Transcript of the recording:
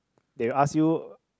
they will ask you